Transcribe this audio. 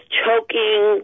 choking